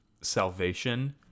salvation